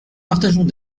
partageons